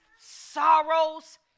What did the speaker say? sorrows